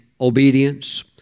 obedience